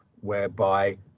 whereby